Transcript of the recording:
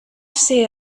ser